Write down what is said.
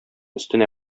өстенә